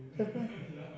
have meh